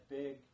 big